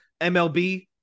MLB